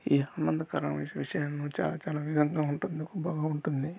ఈ ఆనందకరమైన విషయం చాలా చాలా విధంగా ఉంటుంది బాగుంటుంది